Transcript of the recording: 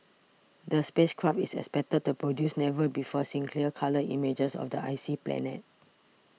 the space craft is expected to produce never before seen clear colour images of the icy planet